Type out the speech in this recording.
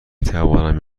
توانیم